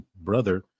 brother